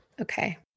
Okay